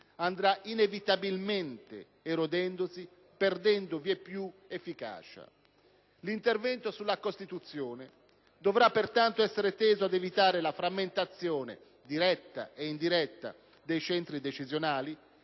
andrà inevitabilmente erodendosi, perdendo vieppiù efficacia. L'intervento sulla Costituzione dovrà pertanto essere teso ad evitare la frammentazione diretta e indiretta dei centri decisionali,